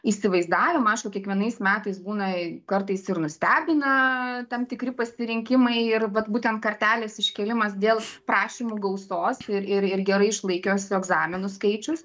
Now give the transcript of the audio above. įsivaizdavimą aišku kiekvienais metais būna kartais ir nustebina tam tikri pasirinkimai ir vat būtent kartelės iškėlimas dėl prašymų gausos iririr gerai išlaikiusių egzaminus skaičius